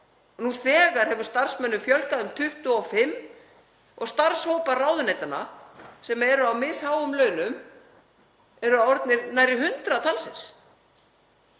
Nú þegar hefur starfsmönnum fjölgað um 25 og starfshópar ráðuneytanna, sem eru á misháum launum, eru orðnir nærri 100 talsins.